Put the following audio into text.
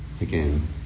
again